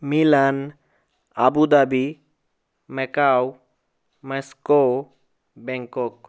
Milan Abu Dhabi Macao Moscow Bangkok